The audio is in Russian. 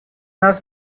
нас